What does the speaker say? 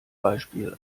beispiel